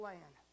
Land